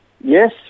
Yes